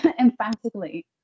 emphatically